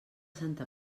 santa